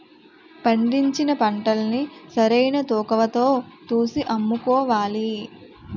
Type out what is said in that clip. పండించిన పంటల్ని సరైన తూకవతో తూసి అమ్ముకోవాలి